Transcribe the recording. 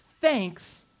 thanks